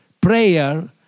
Prayer